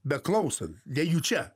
beklausant nejučia